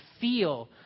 feel